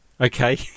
Okay